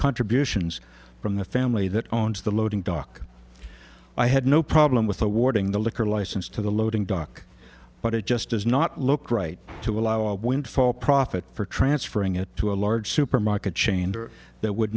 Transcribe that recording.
contributions from the family that owns the loading dock i had no problem with awarding the liquor license to the loading dock but it just does not look right to allow a windfall profit for transferring it to a large supermarket chains or that would